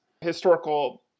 historical